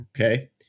Okay